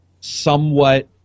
somewhat